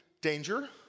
Danger